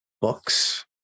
books